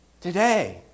Today